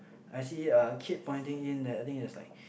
I see a kid point in there I think there's like